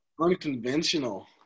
unconventional